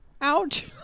ouch